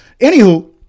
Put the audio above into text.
Anywho